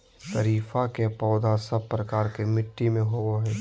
शरीफा के पौधा सब प्रकार के मिट्टी में होवअ हई